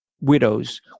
widows